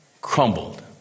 crumbled